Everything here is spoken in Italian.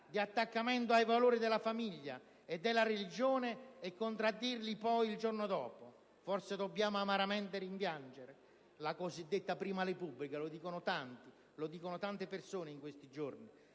di attaccamento ai valori della famiglia e della religione e contraddirli poi il giorno dopo. Forse dobbiamo amaramente rimpiangere la cosiddetta prima Repubblica - lo dicono tante persone in questi giorni,